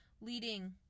Leading